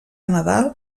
nadal